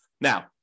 Now